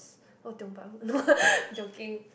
oh Tiong-Bahru no joking